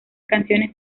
canciones